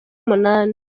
umunani